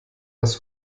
das